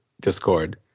Discord